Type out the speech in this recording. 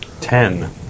Ten